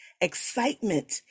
excitement